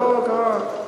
לא קרה,